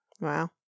Wow